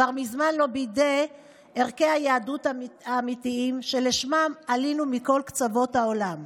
כבר מזמן לא בידי ערכי היהדות האמיתיים שלשמם עלינו מכל קצוות העולם.